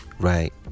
right